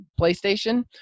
PlayStation